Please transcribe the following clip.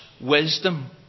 wisdom